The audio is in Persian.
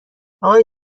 آقای